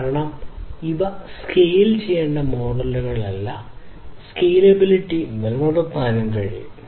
കാരണം ഇവ സ്കെയിൽ ചെയ്യേണ്ട മോഡലുകളല്ല സ്കേലബിളിറ്റി നിലനിർത്താൻ കഴിയും